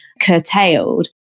curtailed